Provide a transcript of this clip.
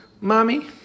Mommy